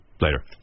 Later